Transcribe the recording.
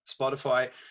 Spotify